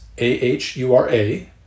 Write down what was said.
A-H-U-R-A